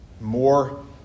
more